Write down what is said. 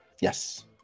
Yes